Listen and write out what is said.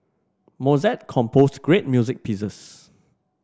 Mozart composed great music pieces